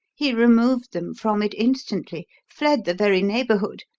he removed them from it instantly fled the very neighbourhood,